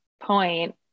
point